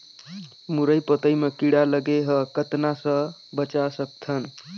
मुरई पतई म कीड़ा लगे ह कतना स बचा सकथन?